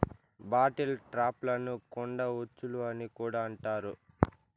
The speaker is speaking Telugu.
బాటిల్ ట్రాప్లను కుండ ఉచ్చులు అని కూడా అంటారు